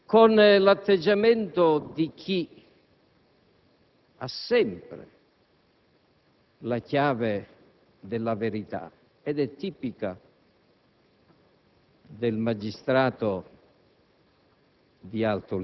implicite» nella cosiddetta legge Castelli, approvata dal Parlamento il 25 luglio 2005.